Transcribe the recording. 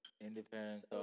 Independent